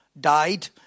died